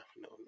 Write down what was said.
no